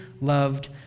loved